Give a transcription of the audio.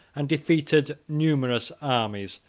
and defeated numerous armies,